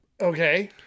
Okay